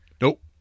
Nope